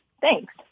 Thanks